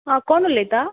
हा कोण उलयता